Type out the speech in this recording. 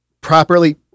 properly